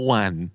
one